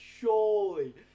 surely